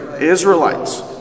Israelites